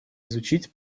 изучить